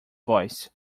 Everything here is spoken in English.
voice